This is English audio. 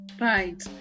Right